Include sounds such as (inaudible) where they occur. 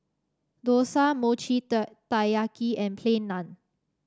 dosa Mochi (unintelligible) Taiyaki and Plain Naan